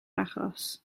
achos